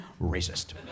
Racist